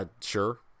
sure